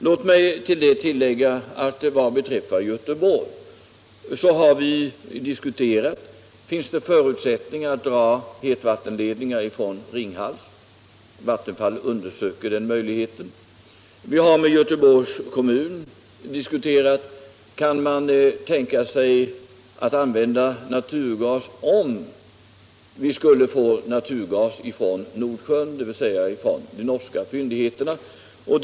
Låt mig också tillägga att vad beträffar Göteborg så har vi diskuterat frågan om det finns förutsättningar att dra en hetvattenledning från Ringhals. Vattenfall undersöker den möjligheten. Vi har med Göteborgs kommun diskuterat om man kan tänka sig att använda naturgas om vi skulle kunna få sådan från de norska fyndigheterna i Nordsjön.